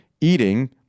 eating